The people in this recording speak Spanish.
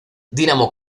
dinamo